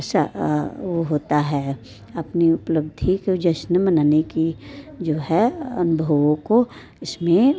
होता है अपनी उपलब्धि को जश्न मनाने कि जो है बहुओं को इसमें